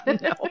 no